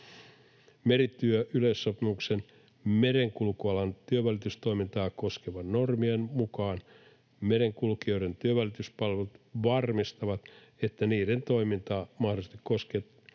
Merityöyleissopimuksen merenkulkualan työnvälitystoimintaa koskevien normien mukaan merenkulkijoiden työnvälityspalvelut varmistavat, että niiden toimintaa mahdollisesti koskevat